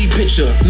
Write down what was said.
picture